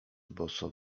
boso